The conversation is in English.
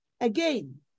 Again